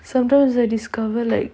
sometimes they discover like